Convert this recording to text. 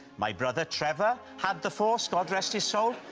my brother trevor had the force, god rest his soul,